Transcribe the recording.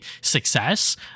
success